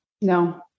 No